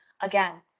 Again